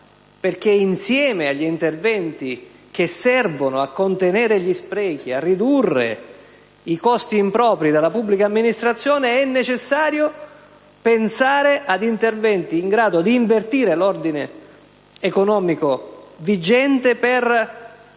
insieme agli interventi che servono a contenere gli sprechi e a ridurre i costi impropri della pubblica amministrazione, è necessario pensare ad interventi in grado di invertire l'ordine economico vigente per